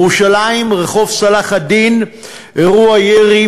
בירושלים ברחוב צלאח א-דין היה אירוע ירי,